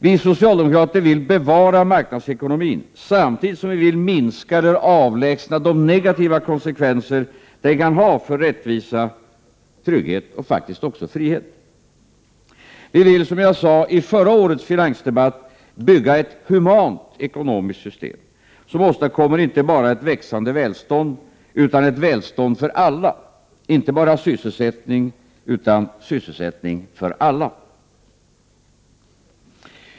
Vi socialdemokrater vill bevara marknadsekonomin, samtidigt som vi vill minska eller avlägsna de negativa konsekvenser som den kan ha för rättvisa, trygghet och faktiskt också frihet. Vi vill, som jag sade i förra årets finansdebatt, bygga upp ett humant ekonomiskt system, som åstadkommer inte bara ett växande välstånd utan ett välstånd för alla, inte bara sysselsättning utan sysselsättning för alla.